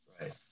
Right